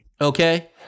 Okay